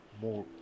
More